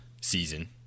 season